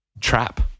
trap